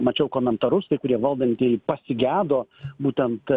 mačiau komentarus kai kurie valdantieji pasigedo būtent